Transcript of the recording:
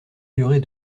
durée